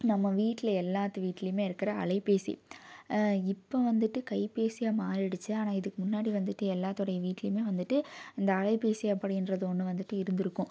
நம்ம வீட்டில் எல்லாத்து வீட்லேயுமே இருக்கிற அலைப்பேசி இப்போது வந்துட்டு கைப்பேசியாக மாறிடுச்சு ஆனால் இதுக்கு முன்னாடி வந்துட்டு எல்லாத்துடைய வீட்லேயுமே வந்துட்டு இந்த அலைப்பேசி அப்படிகிறது ஒன்று வந்துட்டு இருந்திருக்கும்